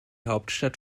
hauptstadt